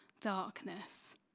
darkness